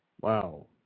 Wow